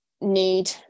need